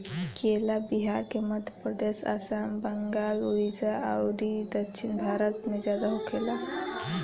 केला बिहार, मध्यप्रदेश, आसाम, बंगाल, उड़ीसा अउरी दक्षिण भारत में ज्यादा होखेला